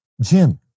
Jim